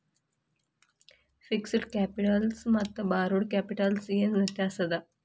Fixed ಕ್ಯಾಪಿಟಲಕ್ಕ ಮತ್ತ borrowed ಕ್ಯಾಪಿಟಲಕ್ಕ ಏನ್ ವ್ಯತ್ಯಾಸದ?